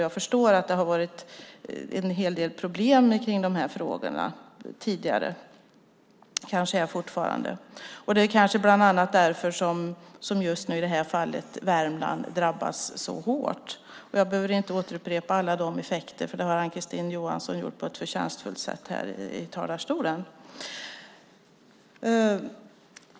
Jag förstår att det har varit en hel del problem i dessa frågor tidigare, och det kanske det är fortfarande. Det är kanske bland annat därför som i detta fall Värmland drabbas så hårt. Jag behöver inte upprepa alla effekter, för det har Ann-Kristine Johansson redan gjort på ett förtjänstfullt sätt här i talarstolen.